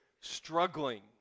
struggling